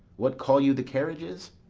what call you the carriages?